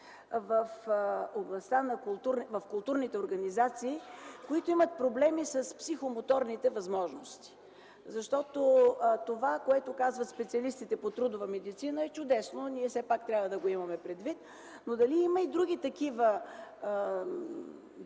в културните организации, които имат проблеми с психомоторните възможности? Това, което казват специалистите по трудова медицина, е чудесно, трябва да го имаме предвид. Има ли обаче и други професии,